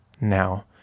now